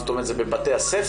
זאת אומרת זה בבתי הספר?